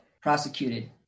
prosecuted